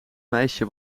meisje